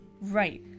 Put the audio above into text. Right